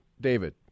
David